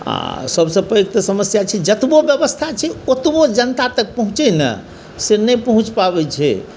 आ सभसन पैघ तऽ समस्या छै जतबो व्यवस्था छै ओतबो जनता तक पहुँचय ने से नहि पहुँच पबैत छै